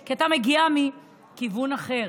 כי אתה מגיע מכיוון אחר,